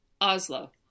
Oslo